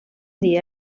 dia